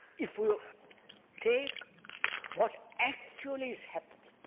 if we take what actually is happening